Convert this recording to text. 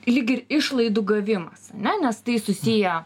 lyg ir išlaidų gavimas ane nes tai susiję